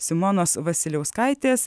simonos vasiliauskaitės